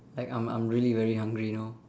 like I'm I'm really very hungry now